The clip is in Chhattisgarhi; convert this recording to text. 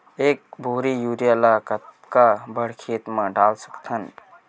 एक बोरी यूरिया ल कतका बड़ा खेत म डाल सकत हन?